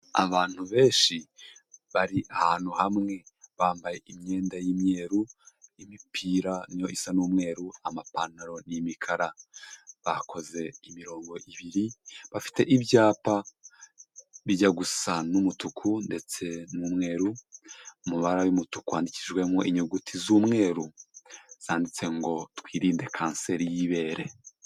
Abantu benshi bari ahantu hamwe, bambaye imyenda y'imyeru, imipira ni yo isa n'umweru amapantaro ni imikara, bakoze imirongo ibiri, bafite ibyapa bijya gusa n'umutuku ndetse n'umweru, mu mabara y'umutuku handikijwemo inyuguti z'umweru, zanditse ngo twirinde kanseri y'ibere.